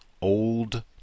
old